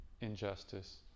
injustice